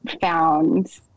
found